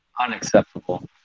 Unacceptable